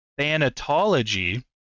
thanatology